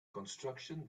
construction